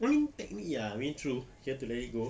I mean technique ya I mean true you have to let it go